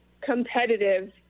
competitive